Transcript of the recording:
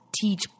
teach